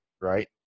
right